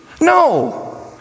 No